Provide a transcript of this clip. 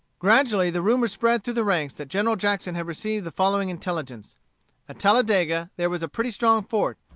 gradually the rumor spread through the ranks that general jackson had received the following intelligence at talladega there was a pretty strong fort,